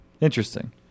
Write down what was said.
Interesting